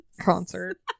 concert